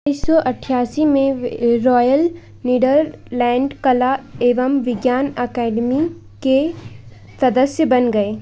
उन्नीस सौ अठयासी में वे रॉयल नीदरलैंड कला एवं विज्ञान एकेडमी के सदस्य बन गए